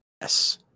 Yes